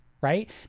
right